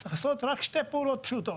אז צריך לעשות רק שתי פעולות פשוטות.